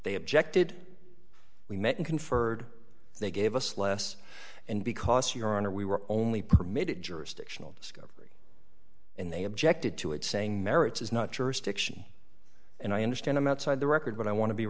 they objected we met and conferred they gave us less and because your honor we were only permitted jurisdictional discovery and they objected to it saying merits is not jurisdiction and i understand i'm outside the record but i want to be